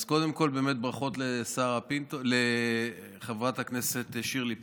אז קודם כול, באמת ברכות לחברת הכנסת שירלי פינטו,